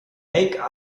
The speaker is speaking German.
make